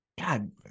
God